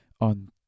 on